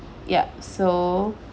yup so